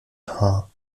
haar